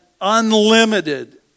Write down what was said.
unlimited